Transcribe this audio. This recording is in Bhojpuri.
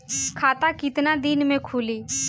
खाता कितना दिन में खुलि?